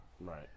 Right